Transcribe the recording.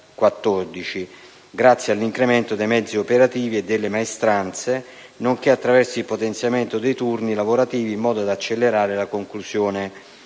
grazie all'incremento dei mezzi operativi e delle maestranze, nonché attraverso il potenziamento dei turni lavorativi in modo da accelerare la conclusione